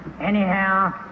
Anyhow